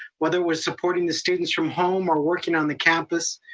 whether it was supporting the students from home or working on the campus,